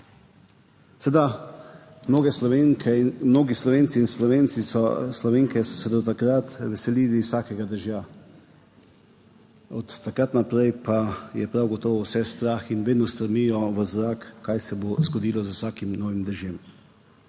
seveda mnoge Slovenke in mnogi Slovenci so se do takrat veselili vsakega dežja, od takrat naprej pa je prav gotovo vse strah in vedno stremijo v zrak, kaj se bo zgodilo z vsakim novim dežjem.